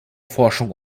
forschung